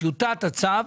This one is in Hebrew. טיוטת הצו,